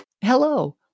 Hello